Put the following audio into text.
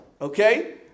okay